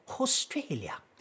Australia